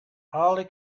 holly